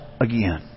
again